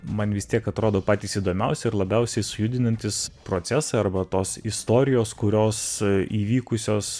man vis tiek atrodo patys įdomiausi ir labiausiai sujudinantys procesai arba tos istorijos kurios įvykusios